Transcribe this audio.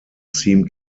seem